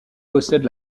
possède